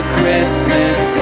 Christmas